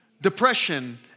Depression